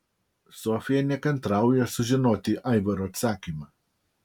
sofija nekantrauja sužinoti aivaro atsakymą